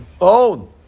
own